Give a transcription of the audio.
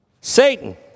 Satan